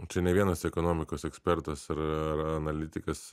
čia ne vienas ekonomikos ekspertas ir a analitikas